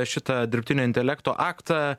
šitą dirbtinio intelekto aktą